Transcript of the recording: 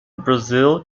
brazil